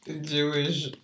Jewish